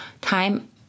time